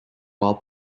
while